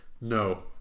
No